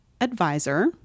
advisor